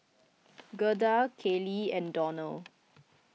Gertha Kailee and Donald